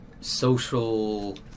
social